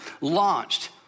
launched